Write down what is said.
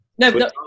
No